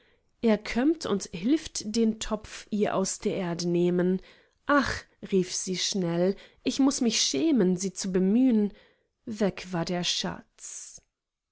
er kömmt und hilft den topf ihr aus der erde nehmen ach rief sie schnell ich muß mich schämen sie zu bemühn weg war der schatz